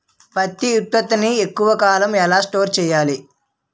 పంట ఉత్పత్తి ని ఎక్కువ కాలం ఎలా స్టోర్ చేయాలి?